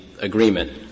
agreement